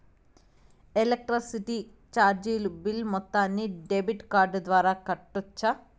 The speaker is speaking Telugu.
ఎలక్ట్రిసిటీ చార్జీలు బిల్ మొత్తాన్ని డెబిట్ కార్డు ద్వారా కట్టొచ్చా?